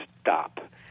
stop